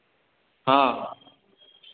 हँ